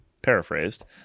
paraphrased